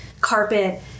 carpet